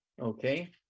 okay